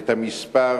את המספר